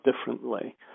differently